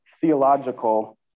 theological